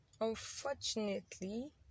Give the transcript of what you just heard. Unfortunately